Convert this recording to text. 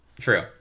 True